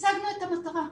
השגנו את המטרה.